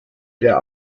der